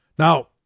Now